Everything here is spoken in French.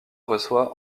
reçoit